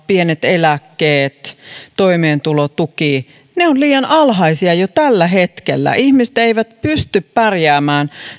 pienet eläkkeet toimeentulotuki ne ovat liian alhaisia jo tällä hetkellä ihmiset eivät pysty pärjäämään